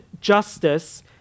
justice